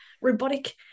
robotic